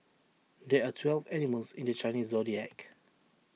there are twelve animals in the Chinese Zodiac